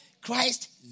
Christ